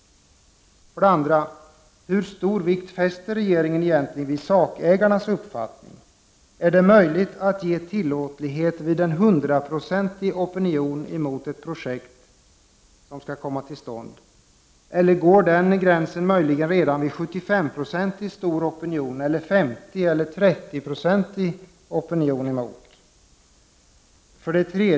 2. Hur stor vikt fäster regeringen egentligen vid sakägarnas uppfattning? Är det möjligt att ge tillåtlighet vid en hundraprocentig opinion mot att ett projekt skall komma till stånd, eller går den gränsen redan vid en 75 procentig opinion emot projektet? 3.